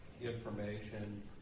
information